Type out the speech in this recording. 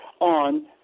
on